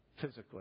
physically